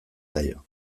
zaio